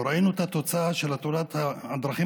וראינו את התוצאה של תאונת הדרכים